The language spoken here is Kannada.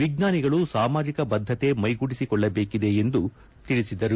ವಿಜ್ಞಾನಿಗಳು ಸಾಮಾಜಿಕ ಬದ್ದತೆ ಮೈಗೂಡಿಸಿಕೊಳ್ಳಬೇಕಿದೆ ಎಂದು ಅವರು ನುಡಿದರು